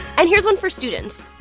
and here's one for students.